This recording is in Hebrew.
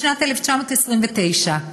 בשנת 1929: